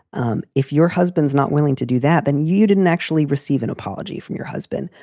um if your husband's not willing to do that, then you didn't actually receive an apology from your husband.